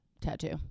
tattoo